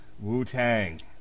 Wu-Tang